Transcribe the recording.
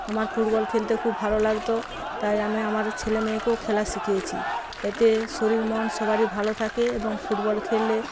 আমার ফুটবল খেলতে খুব ভালো লাগত তাই আমি আমার ছেলে মেয়েকেও খেলা শিখিয়েছি এতে শরীর মন সবারই ভালো থাকে এবং ফুটবল খেললে